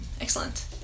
Excellent